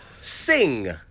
Sing